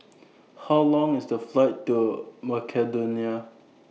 How Long IS The Flight to Macedonia